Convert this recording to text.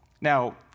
Now